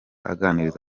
aganiriza